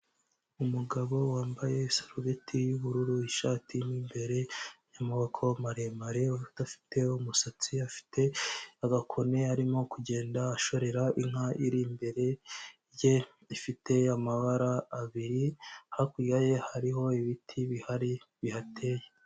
Umugabo wambaye isarubeti y'ubururu, ishati mo mbere y'amaboko maremare, udafite umusatsi, afite agakoni arimo kugenda ashorera inka iri imbere ye, ifite amabara abiri, hakurya ye hariho ibiti bihari bihateye.